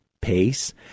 pace